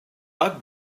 bug